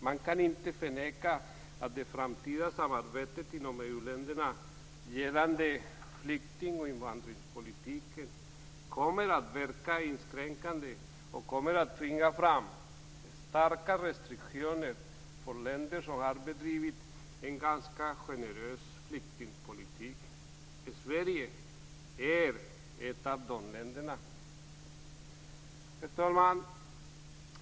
Man kan inte förneka att det framtida samarbetet inom EU länderna gällande flykting och invandringspolitiken kommer att verka inskränkande och tvinga fram starka restriktioner för länder som har bedrivit en ganska generös flyktingpolitik. Sverige är ett av de länderna. Herr talman!